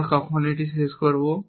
আমরা কখন শেষ করব